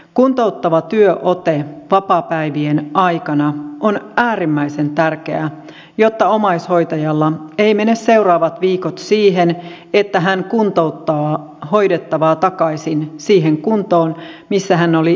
kuntouttava työote vapaapäivien aikana on äärimmäisen tärkeää jotta omaishoitajalla eivät mene seuraavat viikot siihen että hän kuntouttaa hoidettavaa takaisin siihen kuntoon missä tämä oli ennen sijaishoitoa